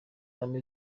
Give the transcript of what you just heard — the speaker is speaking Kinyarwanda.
hafi